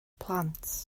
plant